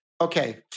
Okay